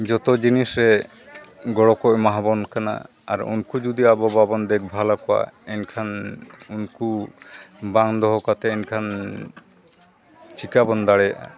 ᱡᱚᱛᱚ ᱡᱤᱱᱤᱥ ᱨᱮ ᱜᱚᱲᱚ ᱠᱚ ᱮᱢᱟᱵᱚᱱ ᱠᱟᱱᱟ ᱟᱨ ᱩᱱᱠᱩ ᱡᱩᱫᱤ ᱟᱵᱚ ᱵᱟᱵᱚᱱ ᱫᱮᱠᱷᱵᱷᱟᱞ ᱟᱠᱚᱣᱟ ᱮᱱᱠᱷᱟᱱ ᱩᱱᱠᱩ ᱵᱟᱝ ᱫᱚᱦᱚ ᱠᱟᱛᱮᱫ ᱮᱱᱠᱷᱟᱱ ᱪᱤᱠᱟᱹᱵᱚᱱ ᱫᱟᱲᱮᱭᱟᱜᱼᱟ